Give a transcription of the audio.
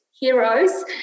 heroes